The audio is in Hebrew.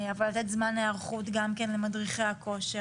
אבל לתת זמן היערכות גם כן למדריכי הכושר.